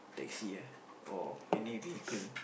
taxi ah or any vehicle